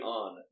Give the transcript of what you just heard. on